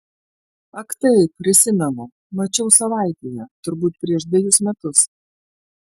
ak taip prisimenu mačiau savaitėje turbūt prieš dvejus metus